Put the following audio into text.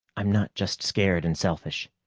i'm not just scared and selfish.